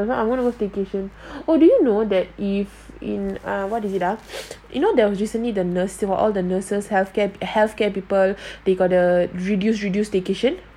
mm don't know I want to go staycation oh do you know that if in err what is it ah you know there was recently the nurse all the nurses healthcare healthcare people they got the reduce reduce staycation